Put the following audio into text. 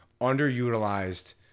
underutilized